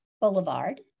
Boulevard